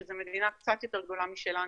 שזו מדינה קצת יותר גדולה משלנו,